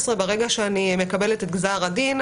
ברגע שאני מקבלת את גזר הדין,